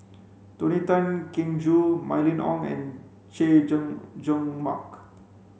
Tony Tan Keng Joo Mylene Ong and Chay Jung Jun Mark